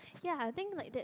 ya I think like that's